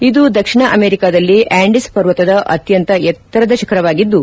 ಇದು ದಕ್ಷಿಣ ಅಮೆರಿಕಾದಲ್ಲಿ ಆಂಡಿಸ್ ಪರ್ವತದ ಅತ್ಯಂತ ಎತ್ತರದ ಶಿಖರವಾಗಿದ್ದು